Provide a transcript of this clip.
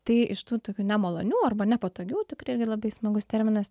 tai iš tų tokių nemalonių arba nepatogių tikrai yra labai smagus terminas